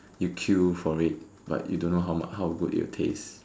you queue for it but you don't know how ma how good it'll taste